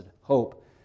hope